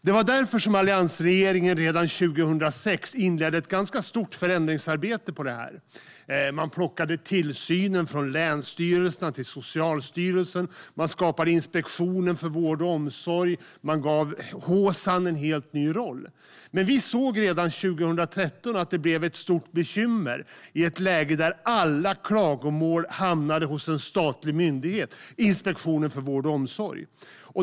Det var därför som alliansregeringen redan 2006 inledde ett ganska stort förändringsarbete i fråga om detta. Man plockade tillsynen från länsstyrelserna till Socialstyrelsen. Man skapade Inspektionen för vård och omsorg. Man gav HSAN en helt ny roll. Vi såg redan 2013 att det blev ett stort bekymmer i ett läge där alla klagomål hamnade hos en statlig myndighet, Inspektionen för vård och omsorg.